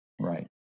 Right